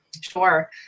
Sure